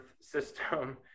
system